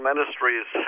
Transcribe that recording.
Ministries